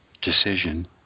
Decision